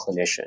clinician